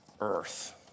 earth